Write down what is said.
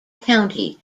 county